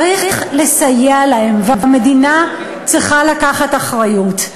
צריך לסייע להם, והמדינה צריכה לקחת אחריות,